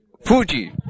Fuji